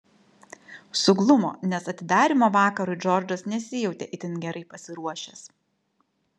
suglumo nes atidarymo vakarui džordžas nesijautė itin gerai pasiruošęs